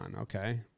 okay